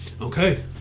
Okay